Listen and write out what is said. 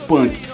Punk